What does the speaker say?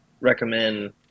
recommend